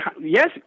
Yes